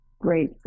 Great